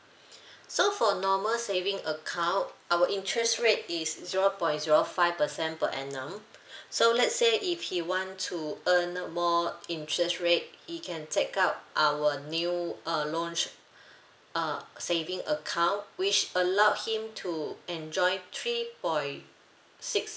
so for normal saving account our interest rate is zero point zero five percent per annum so let's say if he want to earn more interest rate he can take up our new uh loan uh saving account which allow him to enjoy three point six